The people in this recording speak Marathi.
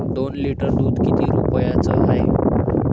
दोन लिटर दुध किती रुप्याचं हाये?